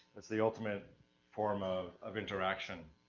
it's the ultimate form of, of interaction.